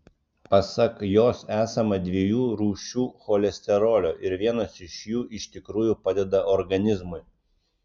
pasak jos esama dviejų rūšių cholesterolio ir vienas iš jų iš tikrųjų padeda organizmui